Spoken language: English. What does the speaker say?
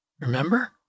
Remember